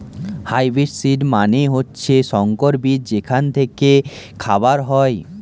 hybrid seed মানে হচ্ছে সংকর বীজ যেখান থেকে খাবার হয়